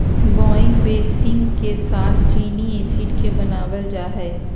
wine बेसींग के साथ चीनी एसिड से बनाबल जा हइ